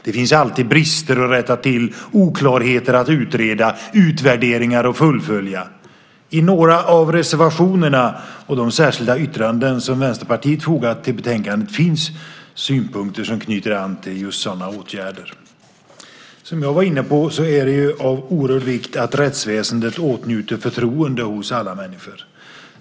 Det finns alltid brister att rätta till, oklarheter att utreda och utvärderingar att fullfölja. I några av reservationerna och de särskilda yttranden som Vänsterpartiet fogat till betänkandet finns synpunkter som knyter an till just sådana åtgärder. Som jag var inne på är det av oerhörd vikt att rättsväsendet åtnjuter förtroende hos alla människor.